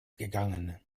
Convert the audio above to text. gegangen